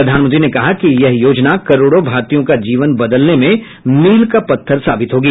प्रधानमंत्री ने कहा कि यह योजना करोड़ों भारतीयों का जीवन बदलने में मील का पत्थर साबित होगी